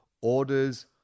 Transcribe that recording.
orders